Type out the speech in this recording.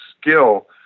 skill